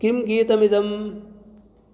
किं गीतमिदम्